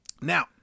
Now